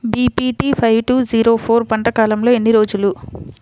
BPT five two zero four పంట కాలంలో ఎన్ని రోజులు?